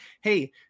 hey